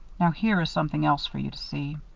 now, here is something else for you to see.